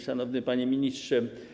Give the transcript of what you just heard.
Szanowny Panie Ministrze!